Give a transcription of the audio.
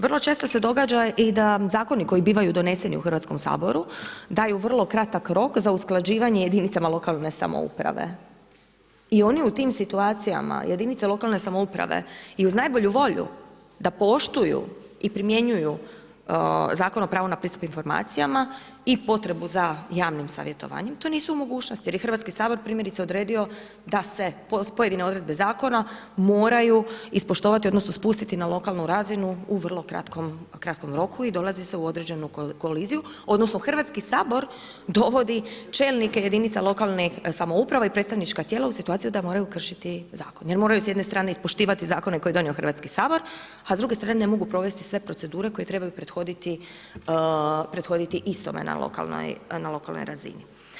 Vrlo često se događa i da zakoni koji bivaju doneseni u Hrvatskom saboru daju vrlo kratak rok za usklađivanje jedinicama lokalne samouprave i oni u tim situacijama jedinice lokalne samouprave i uz najbolju volju da poštuju i primjenjuju Zakon o pravu na pristup informacijama i potrebu za javnim savjetovanjem to nisu u mogućnosti jer je Hrvatski sabor primjerice odredio da se pojedine odredbe zakona moraju ispoštovati odnosno spustiti na lokalnu razinu u vrlo kratkom roku i dolazi se u određenu koliziju odnosno Hrvatski sabor dovodi čelnike jedinica lokalne samouprave i predstavnička tijela u situaciju da moraju kršiti zakon jer moraju s jedne strane ispoštivati zakone koje je donio Hrvatski sabor, a s druge strane ne mogu provesti sve procedure koje trebaju prethoditi istome na lokalnoj razini.